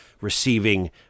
receiving